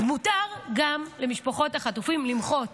אז מותר גם למשפחות החטופים למחות,